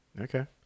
Okay